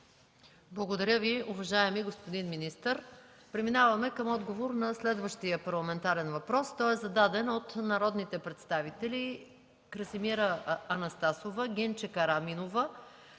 Благодаря Ви, уважаеми господин министър. Преминаваме към отговор на следващия парламентарен въпрос. Той е зададен от народните представители Красимира Анастасова, Гинче Караминова